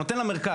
אתה נותן למרכז.